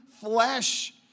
flesh